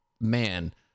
man